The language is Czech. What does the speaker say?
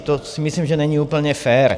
To si myslím, že není úplně fér.